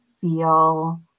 feel